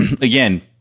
again